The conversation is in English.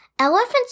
Elephants